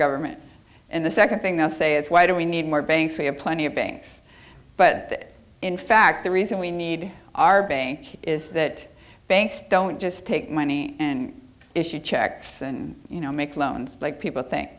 government and the second thing they'll say is why do we need more banks we have plenty of banks but that in fact the reason we need our bank is that banks don't just take money and issue checks and you know make loans like people think